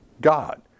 God